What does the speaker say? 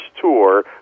Tour